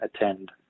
attend